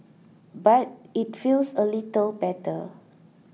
but it feels a little better